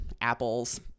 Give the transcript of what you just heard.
Apple's